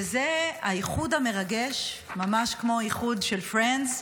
וזה האיחוד המרגש, ממש כמו האיחוד של Friends,